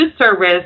service